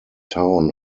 town